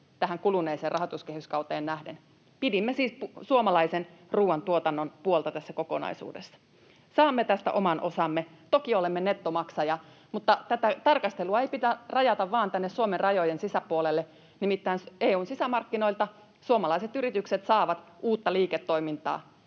tähän kuluneeseen rahoituskehyskauteen nähden. Pidimme siis suomalaisen ruuantuotannon puolta tässä kokonaisuudessa. Saamme tästä oman osamme. Toki olemme nettomaksaja, mutta tätä tarkastelua ei pidä rajata vain tänne Suomen rajojen sisäpuolelle. Nimittäin EU:n sisämarkkinoilta suomalaiset yritykset saavat uutta liiketoimintaa.